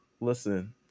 Listen